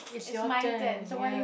it's your turn ya